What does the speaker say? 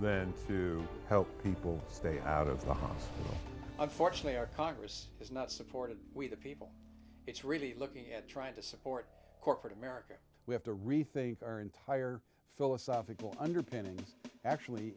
then to help people stay out of the house unfortunately our congress has not supported we the people it's really looking at trying to support corporate america we have to rethink our entire philosophical underpinning actually